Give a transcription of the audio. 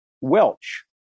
welch